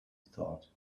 thought